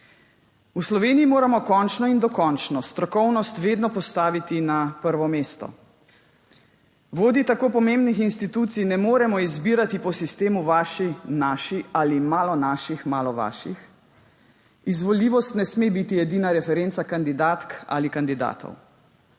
V Sloveniji moramo končno in dokončno strokovnost vedno postaviti na prvo mesto. Vodij tako pomembnih institucij ne moremo izbirati po sistemu »vaši-naši« ali »malo naših in malo vaših«. Izvoljivost ne sme biti edina referenca kandidatk ali kandidatov.